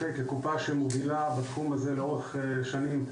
כקופה שמובילה בתחום הזה לאורך שנים,